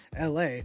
la